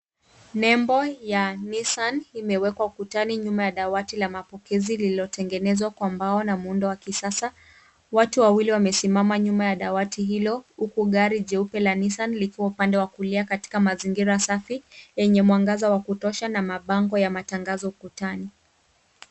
Nembo ya Nissan imewekwa ukutani nyuma ya dawati la mapokezi lililotengenezwa kwa mbao na muundo wa kisasa. Watu wawili wamesimama nyuma ya dawati hilo huku gari jeupe la Nissan likiwa upande wa kulia katika mazingira safi yenye mwangaza wa kutosha na mabango ya matangazo ukutani.